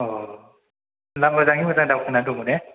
होमबा मोजाङै मोजां दावखोनानै दङ ना